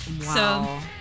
Wow